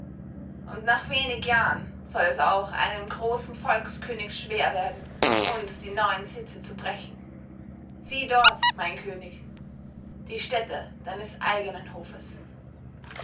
und nach wenig jahren soll es auch einem großen volkskönig schwer werden uns die neuen sitze zu brechen sieh dort mein könig die stätte deines eigenen hofes